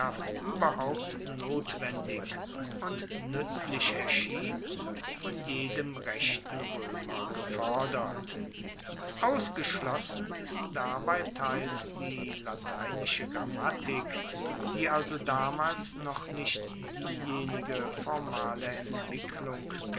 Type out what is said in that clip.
ueberhaupt notwendig und nuetzlich erschien von jedem rechten roemer gefordert ausgeschlossen ist dabei teils die lateinische grammatik die also damals noch nicht diejenige formale entwicklung